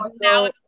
now